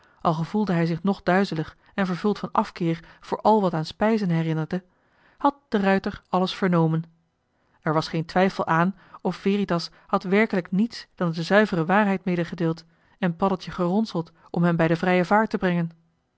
al gevoelde hij zich nog duizelig en vervuld van afkeer voor al wat aan spijzen herinnerde had de ruijter alles vernomen er was geen twijfel aan of veritas had werkelijk niets dan de zuivere waarheid medegedeeld en paddeltje geronseld om hem bij de vrije vaart te brengen